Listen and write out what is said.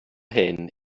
hyn